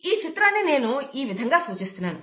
ఈ చిత్రాన్నినేను ఈ విదంగా సూచిస్తున్నాను